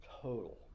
total